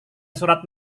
surat